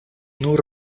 nur